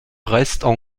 restent